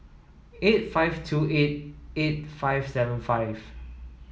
eight five two eight eight five seven five